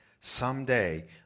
someday